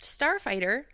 Starfighter